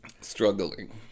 Struggling